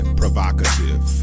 provocative